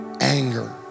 anger